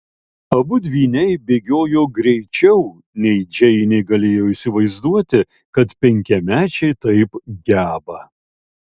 abu dvyniai bėgiojo greičiau nei džeinė galėjo įsivaizduoti kad penkiamečiai taip geba